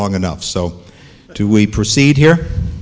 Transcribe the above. long enough so do we proceed here